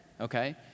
okay